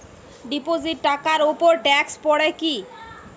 Deposit টাকার উপর tax পড়ে কি?